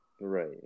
right